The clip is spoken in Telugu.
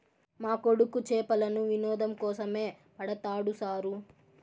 మా కొడుకు చేపలను వినోదం కోసమే పడతాడు సారూ